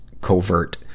covert